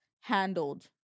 handled